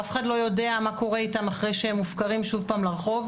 אף אחד לא יודע מה קורה איתם אחרי שהם מופקרים שוב לרחוב.